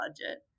budget